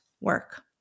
work